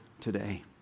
today